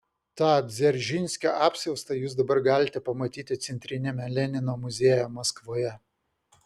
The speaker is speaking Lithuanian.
tą dzeržinskio apsiaustą jūs dabar galite pamatyti centriniame lenino muziejuje maskvoje